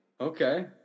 Okay